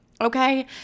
Okay